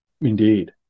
Indeed